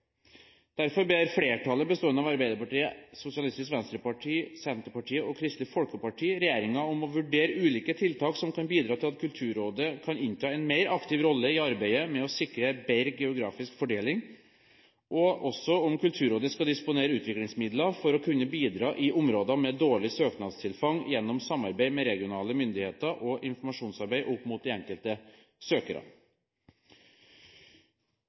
Derfor ber flertallet, bestående av Arbeiderpartiet, Sosialistisk Venstreparti, Senterpartiet og Kristelig Folkeparti, regjeringen om å vurdere ulike tiltak som kan bidra til at Kulturrådet kan innta en mer aktiv rolle i arbeidet med å sikre bedre geografisk fordeling, og også om Kulturrådet skal disponere utviklingsmidler for å kunne bidra i områder med dårlig søknadstilfang gjennom samarbeid med regionale myndigheter og informasjonsarbeid opp mot de enkelte